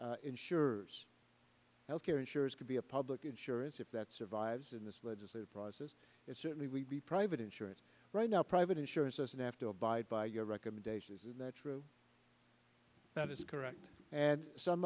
care insurers health care insurers could be a public insurance if that survives in this legislative process it certainly would be private insurance right now private insurance doesn't have to abide by your recommendations is that true that is correct and some